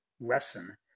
lesson